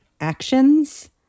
actions